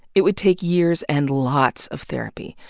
it would take years, and lots of therapy,